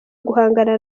guhangana